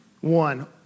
one